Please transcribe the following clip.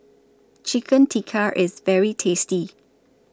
Chicken Tikka IS very tasty